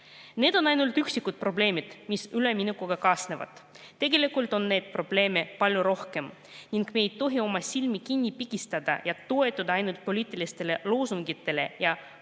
Need on ainult üksikud probleemid, mis üleminekuga kaasnevad, aga tegelikult on neid probleeme palju rohkem ning me ei tohi oma silmi kinni pigistada ja toetuda ainult poliitilistele loosungitele ja